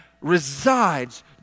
resides